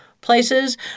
places